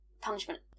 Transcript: punishment